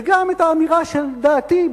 וגם את האמירה שלדעתי,